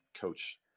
coach